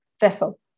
vessel